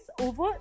over